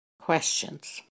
questions